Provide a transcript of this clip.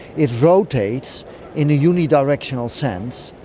it rotates in a unidirectional sense,